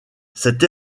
cette